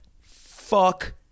Fuck